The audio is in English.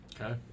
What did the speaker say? Okay